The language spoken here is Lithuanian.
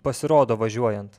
pasirodo važiuojant